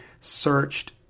searched